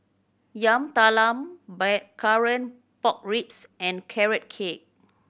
Yam Talam Blackcurrant Pork Ribs and Carrot Cake